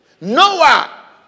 Noah